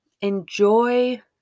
Enjoy